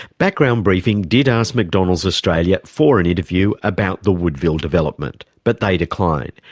background briefing did ask mcdonald's australia for an interview about the woodville development, but they declined.